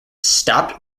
stopped